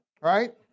right